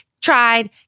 tried